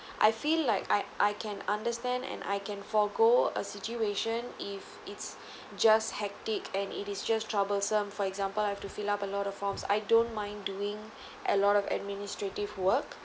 I feel like I I can understand and I can forego a situation if it's just hectic and it is just troublesome for example have to fill up a lot of forms I don't mind doing a lot of administrative work